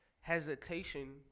hesitation